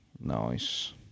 Nice